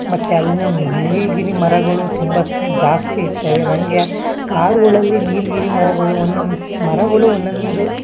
ಮತ್ತು ಅಲ್ಲಿನ ನೀಲಗಿರಿ ಮರಗಳು ತುಂಬ ಜಾಸ್ತಿ ಇರ್ತವೆ ನನಗೆ ಕಾಡುಗಳಲ್ಲಿ ನೀಲಗಿರಿ ಮರಗಳು ಒನ್ನಂದ್ಸ್ ಮರಗಳು ಒಂದೊಂದು